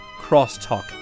crosstalk